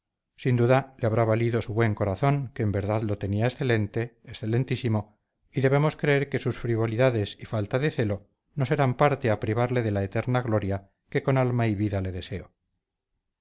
sin duda le habrá valido su buen corazón que en verdad lo tenía excelente excelentísimo y debemos creer que sus frivolidades y falta de celo no serán parte a privarle de la eterna gloria que con alma y vida le deseo